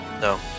No